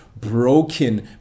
broken